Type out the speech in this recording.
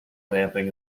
damping